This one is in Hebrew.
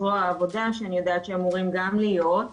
זרוע העבודה שאני יודעת שאמורים גם להיות,